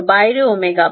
ছাত্র বাইরে Ω